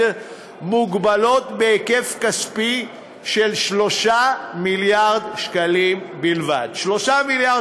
מוגבלות בהיקף כספי של 3 מיליארד שקלים בלבד 3 מיליארד